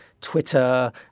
Twitter